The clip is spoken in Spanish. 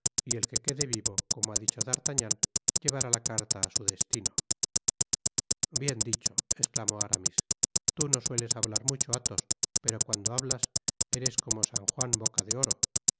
y el que quede vivo como ha dicho d'artagnan llevará la carta á su destino bien dicho esclamó aramis tú no sueles hablar mucho athos pero cuando hablas eres como san juan boca de oro